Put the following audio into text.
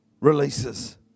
releases